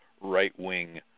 right-wing